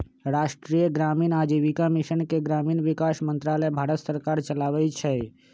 राष्ट्रीय ग्रामीण आजीविका मिशन के ग्रामीण विकास मंत्रालय भारत सरकार चलाबै छइ